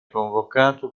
convocato